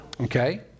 Okay